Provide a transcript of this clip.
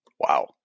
Wow